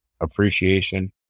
appreciation